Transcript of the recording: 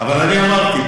אבל אני אמרתי,